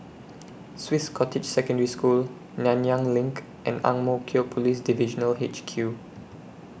Swiss Cottage Secondary School Nanyang LINK and Ang Mo Kio Police Divisional H Q